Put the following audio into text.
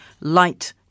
light